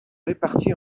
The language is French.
réparties